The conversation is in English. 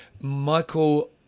michael